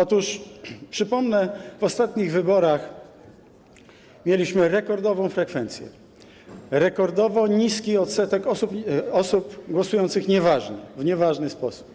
Otóż przypomnę, że w ostatnich wyborach mieliśmy rekordową frekwencję, rekordowo niski odsetek osób głosujących w nieważny sposób,